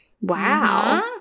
wow